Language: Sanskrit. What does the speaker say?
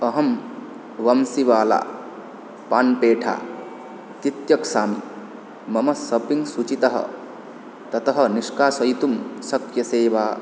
अहं वंसिवाला पान् पेठा तित्यक्ष्यामि मम सप्पिङ्ग् सूचितः ततः निष्कासयितुं शक्यसे वा